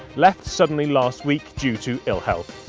left suddenly last week due to ill health.